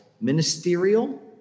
ministerial